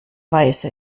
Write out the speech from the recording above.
weise